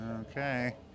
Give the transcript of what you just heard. Okay